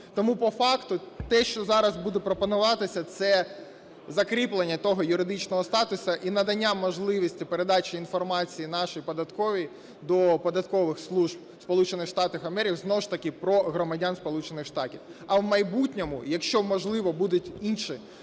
Тому по факту те, що зараз буде пропонуватися, це закріплення того юридичного статусу і надання можливості передачі інформації нашій податковій до податкових служб Сполучених Штатів Америки, знову ж таки про громадян Сполучених Штатів. А в майбутньому, якщо, можливо, будуть інші